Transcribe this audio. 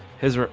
his room